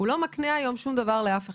הוא לא מקנה היום שוב דבר לאף אחד.